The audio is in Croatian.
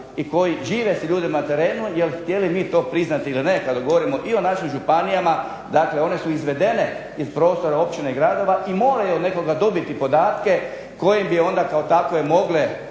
i koji žive sa ljudima na terenu, jer htjeli mi to priznati ili ne, kada govorimo i o našim županijama, dakle one su izvedene iz prostora općina i gradova, i moraju od nekoga dobiti podatke kojim bi onda kao takve mogle